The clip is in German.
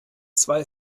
zwei